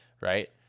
right